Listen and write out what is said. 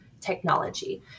technology